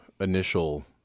initial